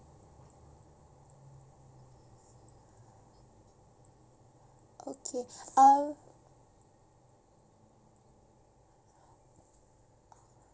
okay um